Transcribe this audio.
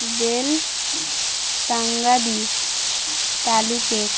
bell তাঙ্গাদি তালুকের